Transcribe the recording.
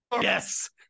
yes